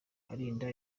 kalinda